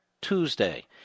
Tuesday